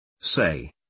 Say